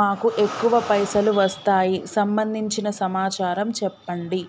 మాకు ఎక్కువ పైసలు వస్తాయి సంబంధించిన సమాచారం చెప్పండి?